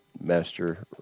Master